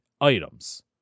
items